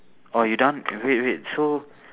oh you done wait wait so